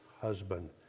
husband